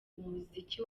umuziki